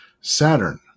Saturn